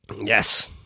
Yes